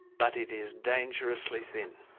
but it is dangerously thin.